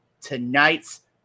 tonight's